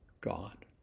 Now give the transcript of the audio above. God